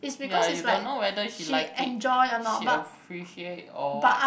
ya you don't know whether she like it she appreciate or what